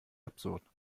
absurd